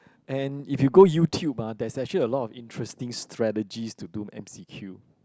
and if you go YouTube ah there's actually a lot of interesting strategies to do M_C_Q